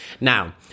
Now